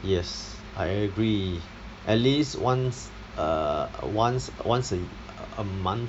yes I agree at least once err once once a ye~ a month